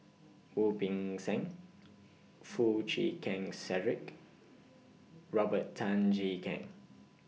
Wu Peng Seng Foo Chee Keng Cedric Robert Tan Jee Keng